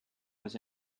was